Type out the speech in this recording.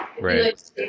Right